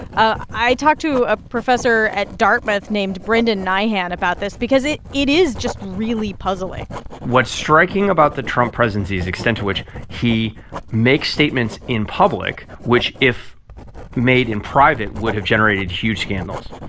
i talked to a professor at dartmouth named brendan nyhan about this because it it is just really puzzling what's striking about the trump presidency is the extent to which he makes statements in public which, if made in private, would have generated huge scandals.